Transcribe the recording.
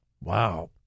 Wow